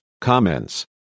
comments